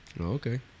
Okay